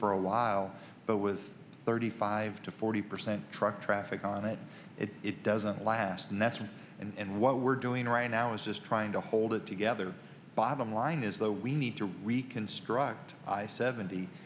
for a while but with thirty five to forty percent truck traffic on it it doesn't last and that's why and what we're doing right now is just trying to hold it together bottom line is though we need to reconstruct i seventy